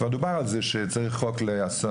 כבר דובר על כך שצריך חוק לאסונות